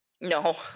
No